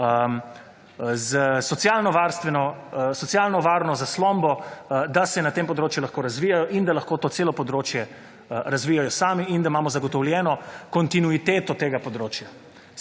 z socialno varno zaslombo, da se na tem področju lahko razvijajo in da lahko to celo področje razvijajo sami in da imamo zagotovljeno kontinuiteto tega področja.